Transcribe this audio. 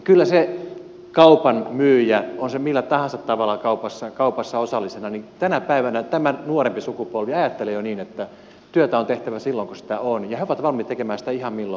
kyllä se kaupan myyjä on se sitten millä tahansa tavalla kaupassa osallisena niin tänä päivänä tämä nuorempi sukupolvi ajattelee jo niin että työtä on tehtävä silloin kun sitä on ja he ovat valmiit tekemään sitä ihan milloin vain